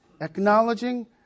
acknowledging